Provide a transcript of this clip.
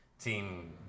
Team